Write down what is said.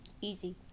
easy